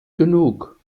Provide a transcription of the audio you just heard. genug